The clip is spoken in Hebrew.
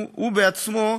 הוא בעצמו,